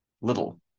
little